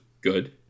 good